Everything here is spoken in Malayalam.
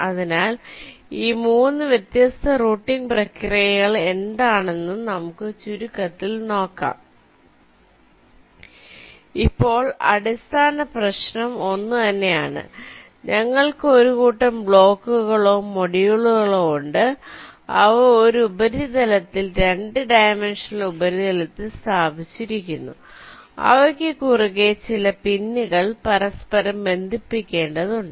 അതിനാൽ ഈ 3 വ്യത്യസ്ത റൂട്ടിംഗ് പ്രക്രിയകൾ എന്താണെന്ന് നമുക്ക് ചുരുക്കത്തിൽ നോക്കാം ഇപ്പോൾ അടിസ്ഥാന പ്രശ്നം ഒന്നുതന്നെയാണ് ഞങ്ങൾക്ക് ഒരു കൂട്ടം ബ്ലോക്കുകളോ മൊഡ്യൂളുകളോ ഉണ്ട് അവ ഒരു ഉപരിതലത്തിൽ 2 ഡൈമൻഷണൽ ഉപരിതലത്തിൽ സ്ഥാപിച്ചിരിക്കുന്നു അവയ്ക്ക് കുറുകെ ചില പിന്നുകൾ പരസ്പരം ബന്ധിപ്പിക്കേണ്ടതുണ്ട്